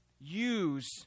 use